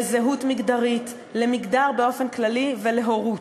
בזהות מגדרית, במגדר באופן כללי ובהורות.